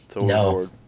No